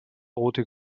rote